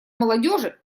молодежи